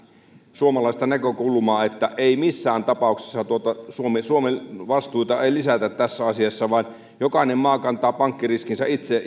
suomalaista näkökulmaa että ei missään tapauksessa suomen vastuita lisätä tässä asiassa vaan jokainen maa kantaa pankkiriskinsä itse